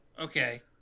Okay